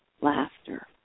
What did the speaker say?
laughter